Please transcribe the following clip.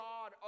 God